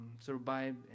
survive